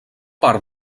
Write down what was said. part